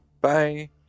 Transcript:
Bye